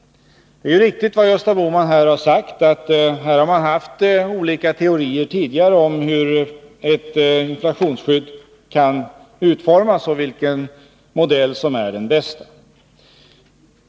Det är riktigt att det, som Gösta Bohman här sade, tidigare har funnits olika teorier om hur ett inflationsskydd kan utformas och vilken modell som är den bästa.